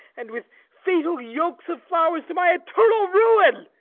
and with fatal yokes of flowers, to my eternal ruin.